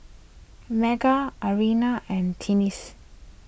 Marget Arianna and Tennie's